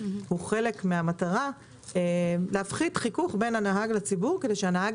נובע בחלקו מן המטרה להפחית חיכוך בין הנהג לציבור כדי שהנהג